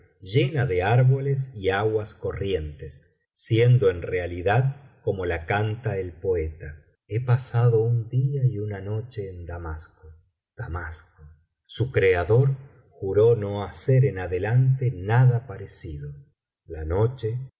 llena de árboles y aguas corrientes siendo en realidad como la cantó el poeta he pasado un día y una noche en damasco damasco su creador juró no hacer en afielante nada parecido la tíoche